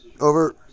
Over